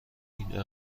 این